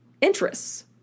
interests